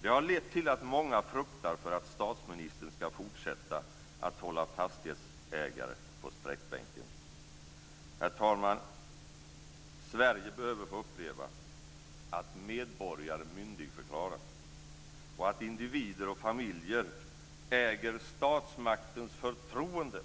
Det har lett till att många fruktar att statsministern ska fortsätta att hålla fastighetsägare på sträckbänken. Herr talman! Sverige behöver få uppleva att medborgare myndigförklaras och att individer och familjer äger statsmaktens förtroende.